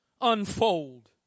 unfold